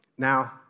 Now